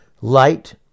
Light